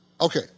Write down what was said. Okay